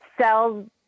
sell